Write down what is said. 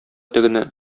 тегене